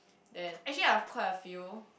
then actually I have quite a few